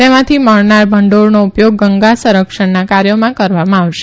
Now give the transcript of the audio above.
તેમાંથી મળનાર ભંડોળનો ઉપયોગ ગંગા સંરક્ષણના કાર્યોમાં કરવામાં આવશે